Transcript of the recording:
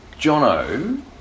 Jono